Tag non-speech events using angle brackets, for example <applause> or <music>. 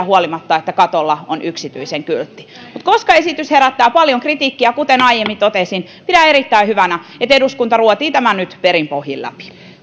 <unintelligible> huolimatta että katolla on yksityisen kyltti mutta koska esitys herättää paljon kritiikkiä kuten aiemmin totesin pidän erittäin hyvänä että eduskunta ruotii tämän nyt perin pohjin läpi